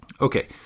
Okay